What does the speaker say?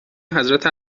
حضرت